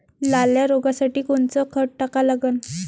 लाल्या रोगासाठी कोनचं खत टाका लागन?